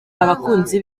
abakunzi